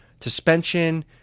suspension